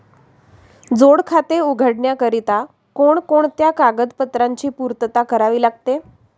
जोड खाते उघडण्याकरिता कोणकोणत्या कागदपत्रांची पूर्तता करावी लागते?